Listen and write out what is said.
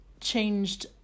changed